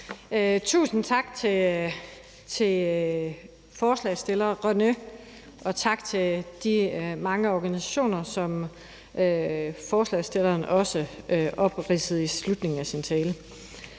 Tusind tak til forslagsstillerne, og tak til de mange organisationer, som ordføreren for forslagsstillerne også opridsede i slutningen af sin tale.